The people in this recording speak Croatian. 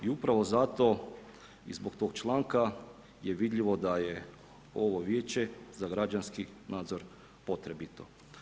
I upravo zato i zbog tog članka je vidljivo da je ovo Vijeće za građanski nadzor potrebito.